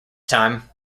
time